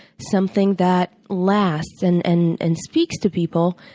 something that lasts and and and speaks to people,